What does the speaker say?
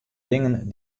dingen